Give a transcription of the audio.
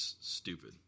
stupid